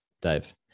Dave